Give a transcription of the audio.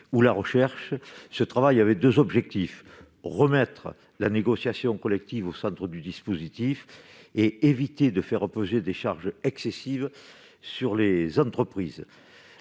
de recherche dans le double objectif de remettre la négociation collective au centre du dispositif et d'éviter de faire reposer des charges excessives sur les entreprises.